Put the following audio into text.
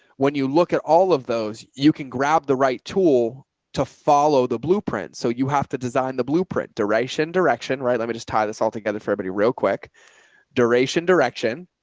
when you look at all of those, you can grab the right tool to follow the blueprint. so you have to design the blueprint duration direction. right? let me just tie this all together for but everybody real quick duration direction.